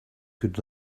could